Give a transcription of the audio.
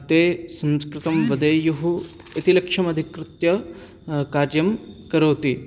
ते संस्कृतं वदेयुः इति लक्ष्यम् अधिकृत्य कार्यं करोति